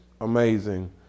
amazing